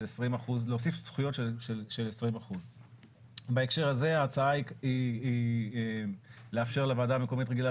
להוסיף זכויות של 20%. בהקשר הזה ההצעה היא לאפשר לוועדה מקומית רגילה